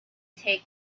take